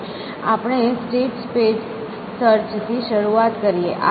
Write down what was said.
આપણે state space search થી શરૂઆત કરીએ